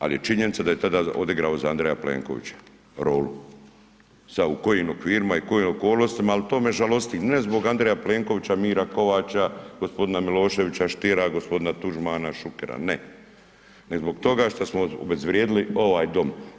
Ali je činjenica da je tada odigrao za Andreja Plenkovića, ... sad u kojim okvirima i u kojim okolnostima, ali to me žalosti ne zbog Andreja Plenkovića, Miru Kovača, gospodina Miloševića, Stiera, g. Tuđmana, Šukera, ne, nego zbog toga što smo obezvrijedili ovaj Dom.